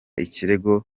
ikirego